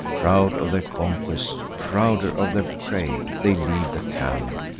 proud of their conquest, prouder of their prey, they leave the camp,